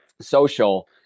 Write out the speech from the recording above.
social